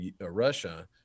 Russia